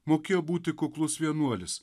mokėjo būti kuklus vienuolis